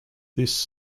this